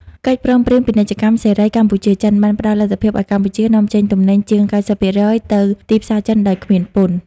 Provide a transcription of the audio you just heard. កិច្ចព្រមព្រៀងពាណិជ្ជកម្មសេរីកម្ពុជា-ចិន បានផ្ដល់លទ្ធភាពឱ្យកម្ពុជានាំចេញទំនិញជាង ៩០% ទៅទីផ្សារចិនដោយគ្មានពន្ធ។